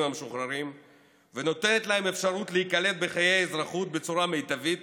המשוחררים ונותנת להם אפשרות להיקלט בחיי האזרחות בצורה מיטבית